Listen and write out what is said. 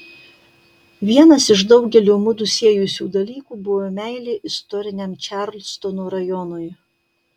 vienas iš daugelio mudu siejusių dalykų buvo meilė istoriniam čarlstono rajonui